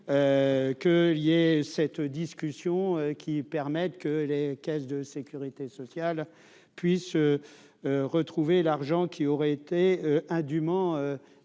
que il y ait cette discussion qui permettent que les caisses de Sécurité sociale puisse retrouver l'argent qui aurait été. Indûment détournés,